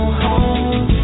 home